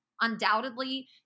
undoubtedly